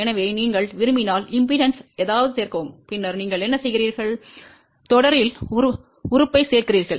எனவே நீங்கள் விரும்பினால் மின்மறுப்பில் ஏதாவது சேர்க்கவும் பின்னர் நீங்கள் என்ன செய்கிறீர்கள் தொடரில் உறுப்பைச் சேர்க்கிறீர்கள்